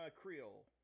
Creole